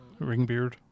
Ringbeard